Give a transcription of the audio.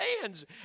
hands